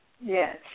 Yes